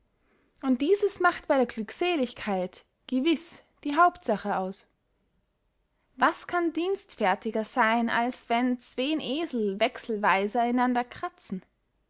und dieses macht bey der glückseligkeit gewiß die hauptsache aus was kann dienstfertiger seyn als wenn zween esel wechselweise einander kratzen